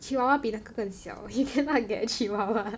chihuahua 比那个更小 you cannot get chihuahua